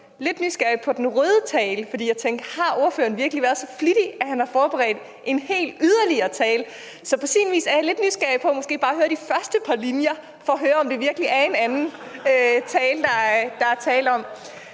lidt nysgerrig på den røde tale, for jeg tænkte, om ordføreren virkelig har været så flittig, at han har forberedt en hel yderligere tale. Så på sin vis er jeg lidt nysgerrig efter at høre måske bare de første par linjer af den for at høre, om det virkelig er en anden tale. Men sådan i